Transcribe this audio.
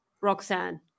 Roxanne